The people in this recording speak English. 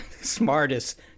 smartest